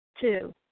Two